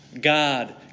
God